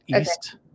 east